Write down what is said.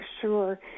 sure